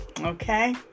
okay